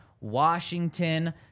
washington